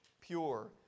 pure